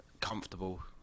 comfortable